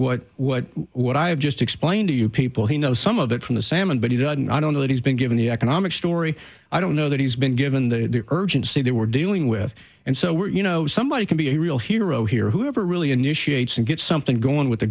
what what what i've just explained to you people he knows some of it from the salmon but he didn't i don't know that he's been given the economic story i don't know that he's been given the urgency that we're dealing with and so we're you know somebody can be a real hero here whoever really initiate some get something going with the